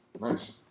Nice